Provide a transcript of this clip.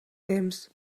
temps